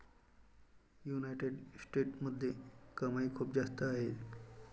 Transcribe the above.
United स्टेट्समध्ये कमाई खूप जास्त आहे